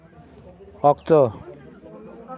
ᱚᱠᱛᱚ